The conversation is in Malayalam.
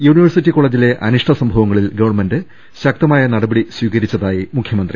യൂണിവേഴ്സിറ്റി കോളജില്ല അനിഷ്ട്ട സംഭവങ്ങളിൽ ഗവൺമെന്റ് ശക്തമായ നടപടി സ്വീകരിച്ചതായി മുഖ്യമന്ത്രി